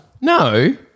No